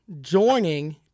Joining